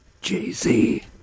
Jay-Z